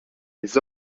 les